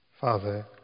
Father